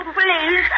please